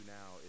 now